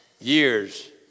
years